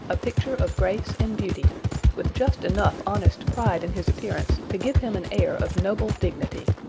a picture of grace and beauty with just enough honest pride in his appearance to give him an air of noble dignity.